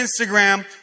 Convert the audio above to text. Instagram